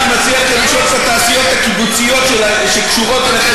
אני מציע לכם לשאול את התעשיות הקיבוציות שקשורות לזה,